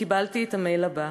קיבלתי את המייל הבא,